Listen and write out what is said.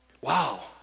Wow